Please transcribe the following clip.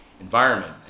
environment